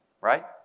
right